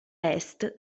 est